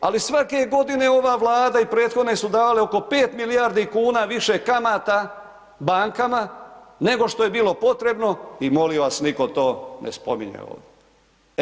Ali svake godine ova vlada i prethodne su dale oko 5 milijardi kuna više kamata bankama, nego što je bilo potrebno i molim vas nitko to ne spominje ovdje.